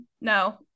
No